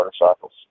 motorcycles